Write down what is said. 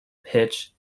pitch